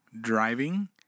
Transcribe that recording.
driving